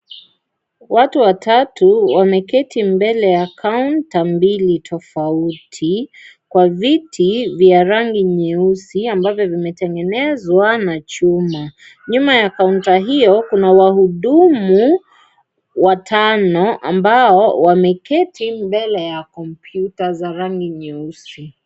Watu watatu wameketi mbelenya kaunta mbili tofauti kwa viti vya rangi nyeusi ambavyo vimetengenezwa na chuma . Nyuma ya kaunta hiyo kuna wahudumu watano ambao wameketi mbele ya kompyuta za rangi nyeusi.